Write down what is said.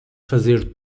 fazer